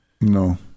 no